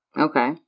Okay